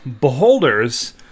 beholders